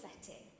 setting